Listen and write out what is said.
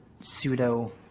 pseudo